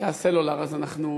נתקע הסלולר, אז אנחנו